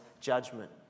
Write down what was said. judgment